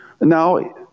Now